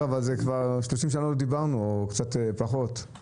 כבר 30 שנה לא דיברנו או קצת פחות.